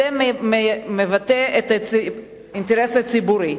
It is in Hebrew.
זה מבטא את האינטרס הציבורי?